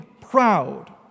proud